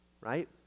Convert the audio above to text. right